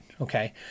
Okay